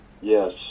yes